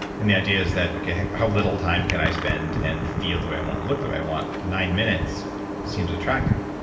and the idea is that, okay, how little time can i spend and feel the way i want to and look the way i want. nine minutes seems attractive.